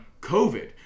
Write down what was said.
COVID